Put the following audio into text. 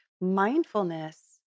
mindfulness